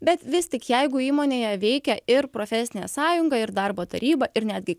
bet vis tik jeigu įmonėje veikia ir profesinė sąjunga ir darbo taryba ir netgi